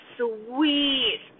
sweet